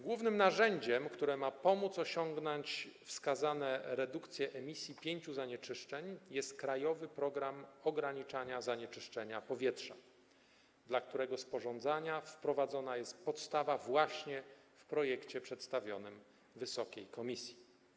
Głównym narzędziem, które ma pomóc osiągnąć wskazane redukcje emisji pięciu zanieczyszczeń, jest „Krajowy program ograniczania zanieczyszczenia powietrza”, dla którego sporządzania wprowadzona jest podstawa właśnie w projekcie przedstawionym wysokiej komisji.